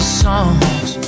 songs